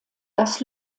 das